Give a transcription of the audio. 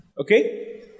Okay